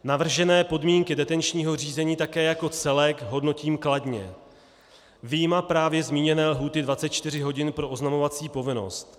Navržené podmínky detenčního řízení také jako celek hodnotím kladně, vyjma právě zmíněné lhůty 24 hodin pro oznamovací povinnost.